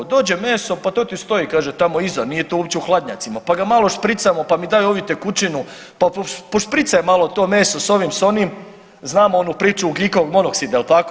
Dođe meso pa to ti stoji tamo iza, nije to uopće u hladnjacima, pa ga malo špricamo, pa mi daju ovi tekućinu, pa pošpricaj malo to meso s ovim s onim, znamo onu priču ugljikovog monoksida jel tako.